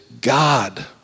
God